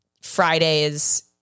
Fridays